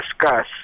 discuss